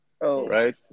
right